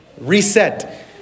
Reset